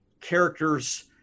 characters